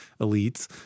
elites